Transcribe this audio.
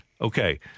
Okay